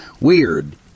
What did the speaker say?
Weird